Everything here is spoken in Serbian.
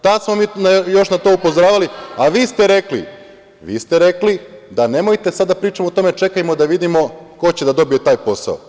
Tad smo mi još na to upozoravali, a vi ste rekli da nemojte sad da pričamo o tome, čekajmo da vidimo ko će da dobije taj posao.